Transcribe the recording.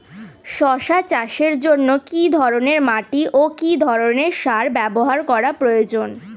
শশা চাষের জন্য কি ধরণের মাটি ও কি ধরণের সার ব্যাবহার করা প্রয়োজন?